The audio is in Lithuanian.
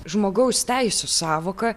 žmogaus teisių sąvoka